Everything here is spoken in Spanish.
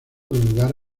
lugar